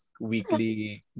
weekly